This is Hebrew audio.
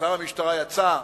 שר המשטרה יצא,